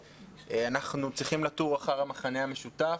שאנחנו צריכים לתור אחר המכנה המשותף,